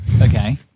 Okay